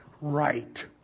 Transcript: Right